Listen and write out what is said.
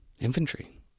Infantry